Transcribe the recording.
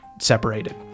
separated